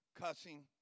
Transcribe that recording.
cussing